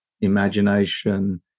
imagination